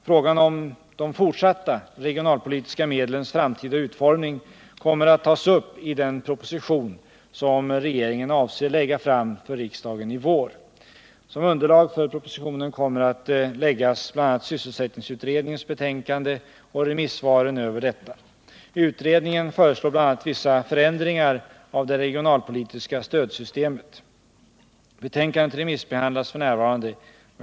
Frågan om de fortsatta regionalpolitiska medlens framtida utformning kommer att tas upp i den proposition som regeringen avser att lägga fram för riksdagen i vår. Som underlag för propositionen kommer att läggas bl.a. sysselsättningsutredningens betänkande och remissvaren med anledning av detta. Utredningen föreslår bl.a. vissa förändringar av det regionalpolitiska stödsystemet. Betänkandet remissbehandlas f. n.